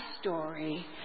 story